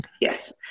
Yes